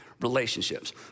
Relationships